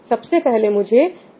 सबसे पहले मुझे aik को लोड करना है